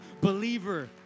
believer